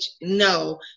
no